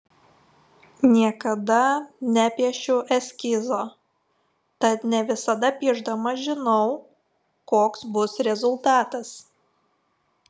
niekada nepiešiu eskizo tad ne visada piešdama žinau koks bus rezultatas